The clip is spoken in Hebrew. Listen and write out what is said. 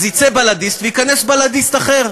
אז יצא בל"דיסט וייכנס בל"דיסט אחר.